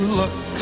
look